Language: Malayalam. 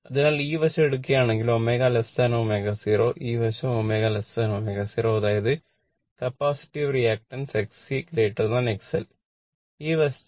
അതിനാൽ ഈ വശം എടുക്കുകയാണെങ്കിൽ ω ω0 ഈ വശം ω ω0 അതായത് കപ്പാസിറ്റീവ് റിയാക്ടൻസ് XC XL ഈ വശത്ത്